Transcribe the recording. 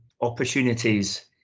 opportunities